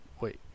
wait